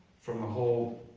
from a whole